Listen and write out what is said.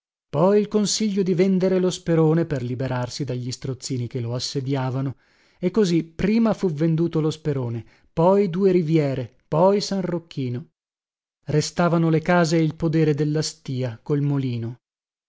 poi il consiglio di vendere lo sperone per liberarsi dagli strozzini che lo assediavano e così prima fu venduto lo sperone poi due riviere poi san rocchino restavano le case e il podere della stìa col molino